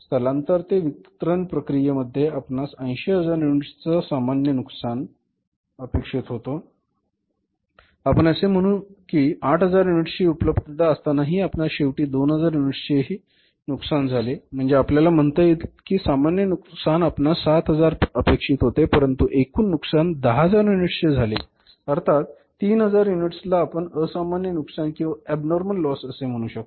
स्थलांतरण ते वितरण प्रक्रियेमध्ये आपणास 8000 युनिट्स चा सामान्य नुकसान अपेक्षित होते आपण असे म्हणू कि 8000 युनिट्स ची उपलब्धता असताना हि आपणास शेवटी 2000 युनिट्स चे हि नुकसान झाले म्हणजे आपल्याला म्हणता येईल कि सामान्य नुकसान आपणास 7000 अपेक्षित होते परंतु एकूण नुकसान 10000 युनिट्स चे झाले अर्थात 3000 युनिट्स ला आपण असामान्य नुकसान किंवा अबनॉर्मल लॉस असे म्हणू शकतो